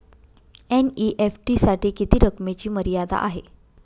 NEFT साठी किती रकमेची मर्यादा आहे?